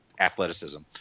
athleticism